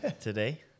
today